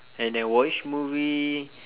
and then watch movie